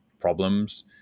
problems